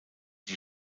die